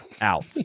out